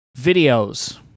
videos